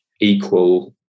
equal